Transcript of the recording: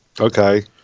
Okay